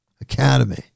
Academy